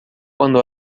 quando